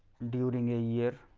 during a year.